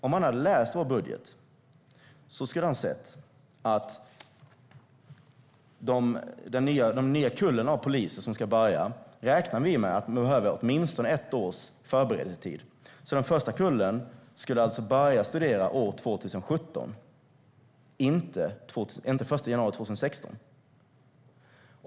Om han hade läst vår budget skulle han ha sett att vi räknar med att den nya kullen av poliser som ska börja behöver åtminstone ett års förberedelsetid. Den första kullen skulle alltså börja studera år 2017, inte den 1 januari 2016.